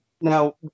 Now